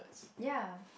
ya